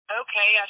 okay